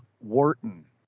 Wharton